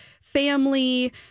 family